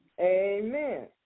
Amen